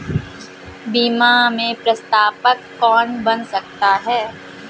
बीमा में प्रस्तावक कौन बन सकता है?